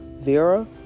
Vera